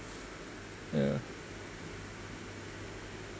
ya